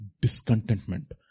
Discontentment